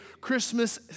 Christmas